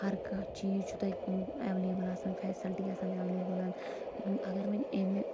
ہر کانٛہہ چیٖز چھُ تَتہِ ایٚویلیبُل آسان فیسلٹی آسان ایٚویلیبُل اگر ؤنۍ أمہِ